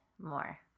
more